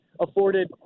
afforded